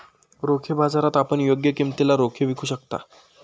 रोखे बाजारात आपण योग्य किमतीला रोखे विकू शकता